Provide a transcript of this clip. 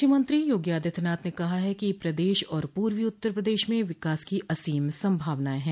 मुख्यमंत्री योगी आदित्यनाथ ने कहा है कि प्रदेश और पूर्वी उत्तर प्रदेश में विकास की असीम संभावनाएं है